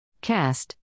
Cast